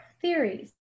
theories